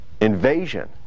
invasion